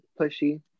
pushy